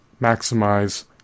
maximize